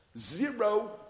Zero